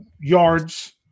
yards